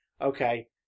okay